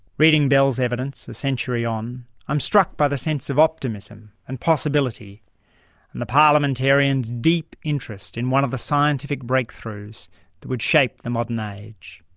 reading bell's evidence a century on i'm struck by the sense of optimism and possibility and the parliamentarians' deep interest in one of the scientific breakthroughs that would shape the modern age.